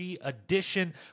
edition